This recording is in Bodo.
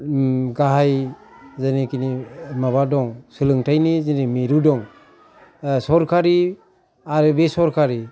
गाहाय जेनेखि माबा दं सोलोंथायनि मिरु दं सरखारि आरो बेसरखारि